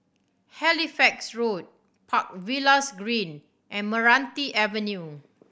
Halifax Road Park Villas Green and Meranti Avenue